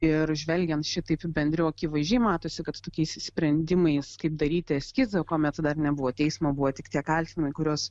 ir žvelgiant šitaip bendriau akivaizdžiai matosi kad tokiais sprendimais kaip daryti eskizą kuomet dar nebuvo teismo buvo tik tie kaltinimai kuriuos